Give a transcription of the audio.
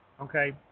Okay